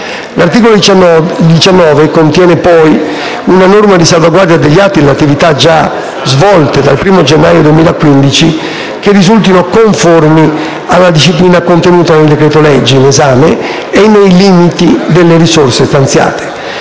L'articolo 19 contiene poi una norma di salvaguardia degli atti e delle attività già svolte dal 1 gennaio 2015 che risultino conformi alla disciplina contenuta nel decreto-legge in esame e nei limiti delle risorse stanziate.